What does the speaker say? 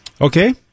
okay